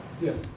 Yes